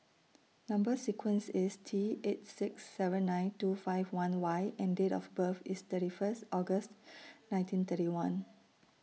Number sequence IS T eight six seven nine two five one Y and Date of birth IS thirty First August nineteen thirty one